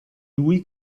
lui